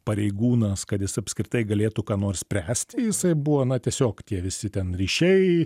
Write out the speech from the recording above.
pareigūnas kad jis apskritai galėtų ką nors spręsti jisai buvo na tiesiog tie visi ten ryšiai